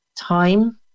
time